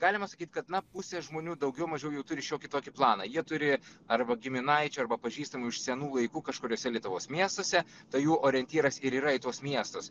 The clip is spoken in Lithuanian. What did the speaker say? galima sakyt kad na pusė žmonių daugiau mažiau jau turi šiokį tokį planą jie turi arba giminaičių arba pažįstamų iš senų laikų kažkuriose lietuvos miestuose tai jų orientyras ir yra į tuos miestus